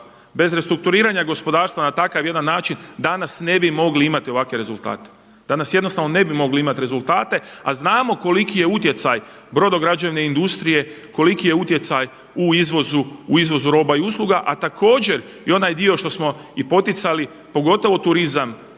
Bez restrukturiranja gospodarstva na takav jedan način danas ne bi mogli imati ovakve rezultate, danas jednostavno ne bi mogli imat rezultate, a znamo koliki je utjecaj brodograđevne industrije, koliki je utjecaj u izvozu roba i usluga, a također i onaj dio što smo i poticali pogotovo turizam